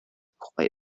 quite